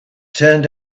turned